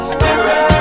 Spirit